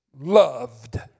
loved